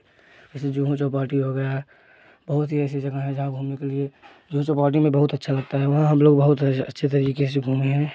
जैसे जूहू चौपाटी हो गया बहुत ही ऐसी जगहें हैं जहाँ पर घूमने के लिए जूहू चौपाटी में बहुत अच्छा लगता है वहाँ हम लोग बहुत अच्छे तरीके से घूमे हैं